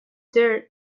there